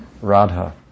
Radha